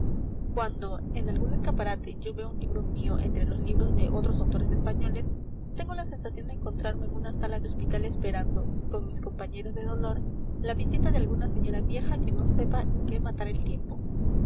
cuando en algún escaparate yo veo un libro mío entre los libros de otros autores españoles tengo la sensación de encontrarme en una sala de hospital esperando con mis compañeros de dolor la visita de alguna señora vieja que no sepa en qué matar el tiempo